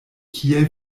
kiel